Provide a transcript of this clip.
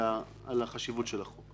הצעת חוק חשובה.